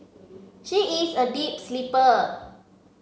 she is a deep sleeper